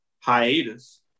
hiatus